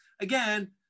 again